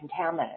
contaminant